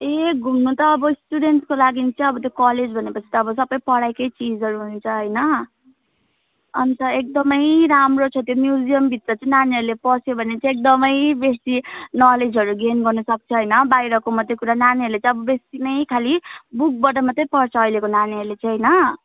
ए घुम्नु त अब स्टुडेन्टको लागि चाहिँ अब त्यो कलेज भनेपछि त अब सबै पढाइ कै चिजहरू हुन्छ होइन अन्त एकदमै राम्रो छ त्यो म्युजियमभित्र चाहिँ नानीहरूले पस्यो भने चाहिँ एकदमै बेसी नलेजहरू गेन गर्नुसक्छ होइन बाहिरको मात्रै कुरा नानीहरूले चाहिँ अब बेसी नै खालि बुकबाट मात्रै पढ्छ अहिलेको नानीहरूले चाहिँ होइन